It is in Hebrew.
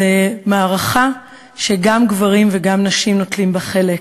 זו מערכה שגם גברים וגם נשים נוטלים בה חלק,